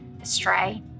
astray